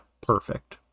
perfect